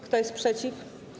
Kto jest przeciw?